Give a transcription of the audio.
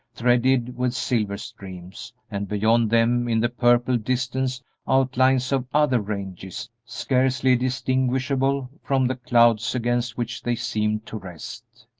threaded with silver streams, and beyond them in the purple distance outlines of other ranges scarcely distinguishable from the clouds against which they seemed to rest.